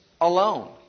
alone